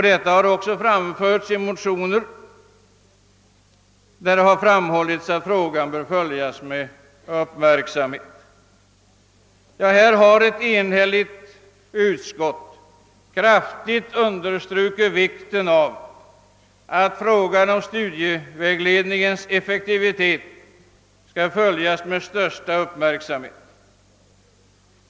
Detta har också framhållits i motioner om att frågan bör följas med uppmärksamhet. Här har ett enhälligt utskott kraftigt understrukit vikten av att frågan om studievägledningens = effektivitet skall följas med största uppmärksamhet.